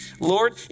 Lord